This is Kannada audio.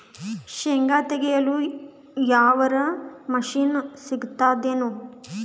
ಶೇಂಗಾ ತೆಗೆಯಲು ಯಾವರ ಮಷಿನ್ ಸಿಗತೆದೇನು?